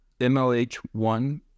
MLH1